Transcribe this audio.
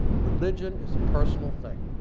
religion is a personal thing.